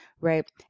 right